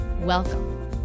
Welcome